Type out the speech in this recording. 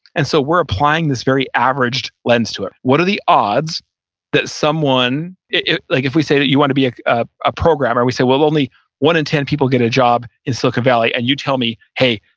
and so we're applying this very averaged lens to it. what are the odds that someone, like if we say that you want to be ah a programmer, we say, well, only one in ten people get a job in silicon valley and you tell me, hey,